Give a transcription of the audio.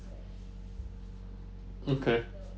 okay